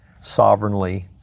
sovereignly